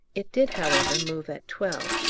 it did, however, move at twelve,